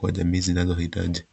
kwa Jamii zinazohitaji.